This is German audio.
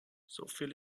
soviel